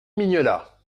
mignola